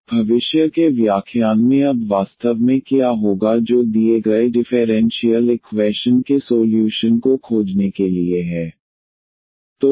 तो भविष्य के व्याख्यान में अब वास्तव में क्या होगा जो दिए गए डिफेरेंशीयल इक्वैशन के सोल्यूशन को खोजने के लिए है